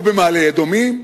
במעלה-אדומים